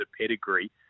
pedigree